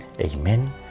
Amen